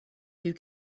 you